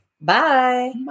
Bye